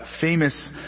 famous